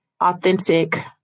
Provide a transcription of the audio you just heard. authentic